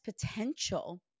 potential